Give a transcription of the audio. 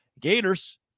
Gators